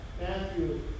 Matthew